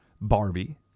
Barbie